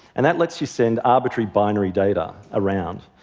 and that lets you send arbitrary binary data around.